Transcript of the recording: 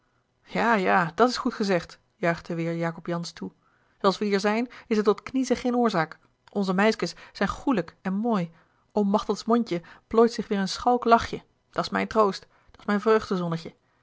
ja ja dat's goed gezegd juichte weêr jacob jansz toe zooals we hier zijn is er tot kniezen geen oorzaak onze meiskes zijn goêlijk en mooi om machtelds mondje plooit zich weêr een schalk lachje dat's mijn troost dat's mijn